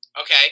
Okay